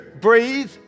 breathe